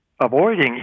avoiding